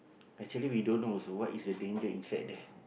actually we don't know also what is the danger inside there